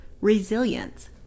resilience